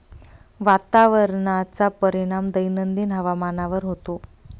वातावरणाचा परिणाम दैनंदिन हवामानावर होतो